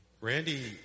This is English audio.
Randy